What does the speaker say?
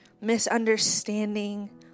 misunderstanding